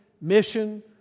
mission